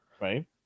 right